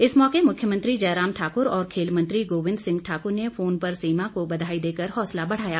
इस मौके मुख्यमंत्री जयराम ठाकुर और खेल मंत्री गोविन्द सिंह ठाकुर ने फोन पर सीमा को बघाई देकर हौंसला बढ़ाया